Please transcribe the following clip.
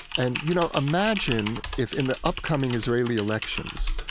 and you know, imagine, if in the upcoming israeli elections,